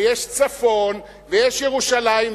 ויש צפון ויש ירושלים,